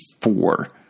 four